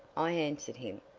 i answered him.